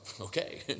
okay